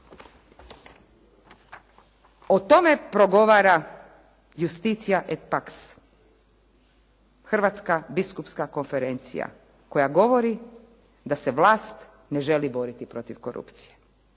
O tome progovara iusticia et pax, Hrvatska biskupska konferencija koja govori da se vlast ne želi boriti protiv korupcije.